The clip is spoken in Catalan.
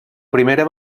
primera